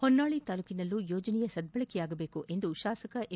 ಹೊನ್ನಾಳಿ ತಾಲ್ಲೂಕಿನಲ್ಲೂ ಯೋಜನೆಯ ಸದ್ವಳಕೆಯಾಗಬೇಕು ಎಂದು ಶಾಸಕ ಎಂ